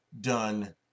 done